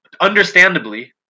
understandably